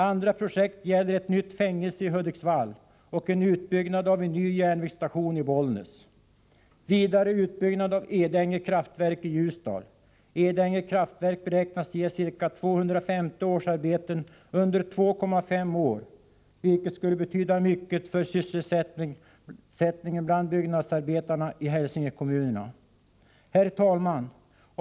Andra projekt gäller ett nytt fängelse i Hudiksvall och uppförande av en ny järnvägsstation i Bollnäs. Vidare handlar det om en utbyggnad av Edänge kraftverk i Ljusdal. Edänge kraftverk beräknas ge ca 250 årsarbeten under två och ett halvt år, vilket skulle betyda mycket för sysselsättningen bland byggnadsarbetarna i Hälsingekommunerna. Herr talman!